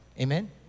Amen